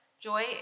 joy